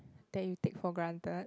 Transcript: that you take for granted